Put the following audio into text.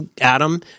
Adam